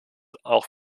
auch